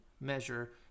measure